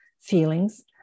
feelings